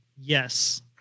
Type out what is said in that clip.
yes